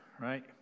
right